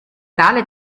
tale